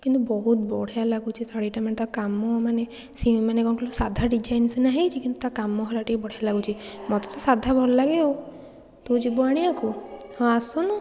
କିନ୍ତୁ ବହୁତ ବଢ଼ିଆ ଲାଗୁଛି ଶାଢ଼ୀଟା ମାନେ ତା' କାମ ମାନେ ମାନେ କ'ଣ କହିଲୁ ସାଧା ଡିଜାଇନ ସିନା ହେଇଛି କିନ୍ତୁ ତା' କାମ ହେଲା ଟିକିଏ ବଢ଼ିଆ ଲାଗୁଛି ମୋତେ ତ ସାଧା ଭଲ ଲାଗେ ଆଉ ତୁ ଯିବୁ ଆଣିବାକୁ ହଁ ଆସୁନୁ